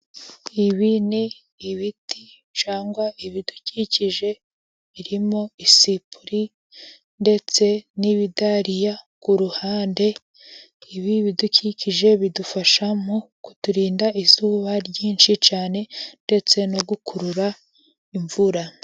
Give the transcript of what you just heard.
Ibi ni ibiti cyangwa ibidukikije birimo isipuri ndetse n'ibidariya ku ruhande, ibi bidukikije bidufasha mu kuturinda izuba ryinshi cyane ndetse no gukurura imvura.